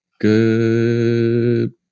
good